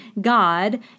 God